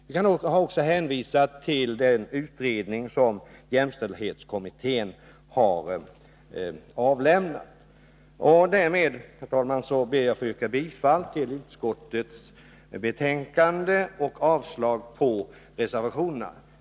Vi har också hänvisat till den utredning som jämställdhetskommittén har avlämnat. Därmed ber jag, herr talman, att få yrka bifall till utskottets hemställan och avslag på reservationerna.